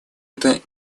это